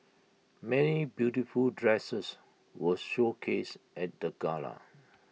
many beautiful dresses were showcased at the gala